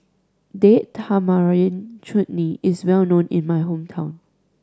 Date Tamarind Chutney is well known in my hometown